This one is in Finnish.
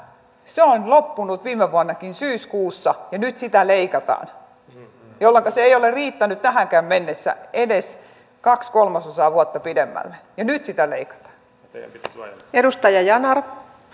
se on loppunut viime vuonnakin syyskuussa ja nyt sitä leikataan jolloinka se ei ole riittänyt tähänkään mennessä edes kaksi kolmasosavuotta pidemmälle ja nyt sitä leikataan